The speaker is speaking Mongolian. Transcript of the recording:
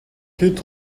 хэд